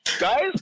Guys